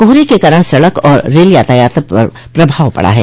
कोहरे के कारण सड़क और रेल यातायात पर प्रभाव पड़ा है